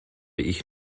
ich